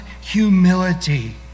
humility